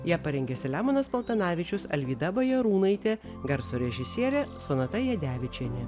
ją parengė saliamonas paltanavičius alvyda bajarūnaitė garso režisierė sonata jadevičienė